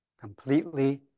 completely